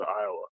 Iowa